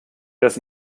das